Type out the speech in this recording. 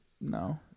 No